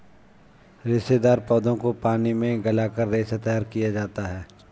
रेशेदार पौधों को पानी में गलाकर रेशा तैयार किया जाता है